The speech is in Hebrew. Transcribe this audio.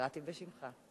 קראתי בשמך.